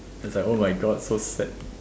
it's like oh my god so sad